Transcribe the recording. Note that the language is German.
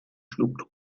schlug